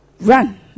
Run